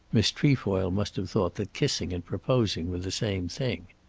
miss trefoil must have thought that kissing and proposing were the same thing.